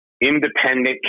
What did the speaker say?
independent